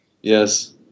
Yes